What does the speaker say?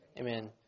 Amen